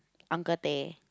uncle teh